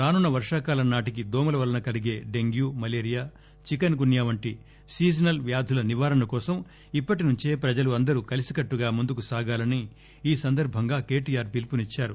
రానున్న వర్షాకాలం నాటికి దోమల వలన కలిగే డెంగ్యూ మలేరియా చికెస్ గున్యా వంటి సీజనల్ వ్యాధుల నివారణ కోసం ఇప్పటి నుంచే ప్రజలు అందరూ కలిసికట్టుగా ముందుకు సాగాలని ఈ సందర్బంగా కేటీఆర్ పిలుపునిద్బారు